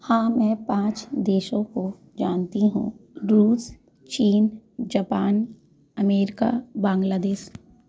हाँ मैं पाँच देशों को जानती हूँ रूस चीन जापान अमेरिका बांग्लादेश